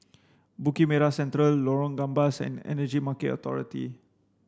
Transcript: Bukit Merah Central Lorong Gambas and Energy Market Authority